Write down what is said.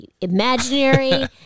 imaginary